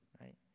right